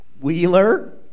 Wheeler